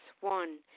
One